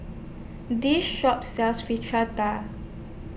This Shop sells Fritada